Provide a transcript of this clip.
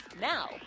Now